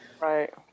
Right